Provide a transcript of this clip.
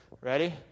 Ready